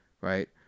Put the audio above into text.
Right